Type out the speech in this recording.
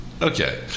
Okay